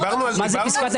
דיברנו על זה.